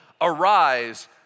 arise